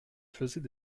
faisait